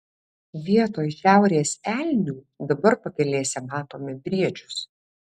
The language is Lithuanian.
vietoj šiaurės elnių dabar pakelėse matome briedžius